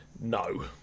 No